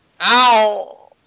Ow